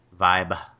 vibe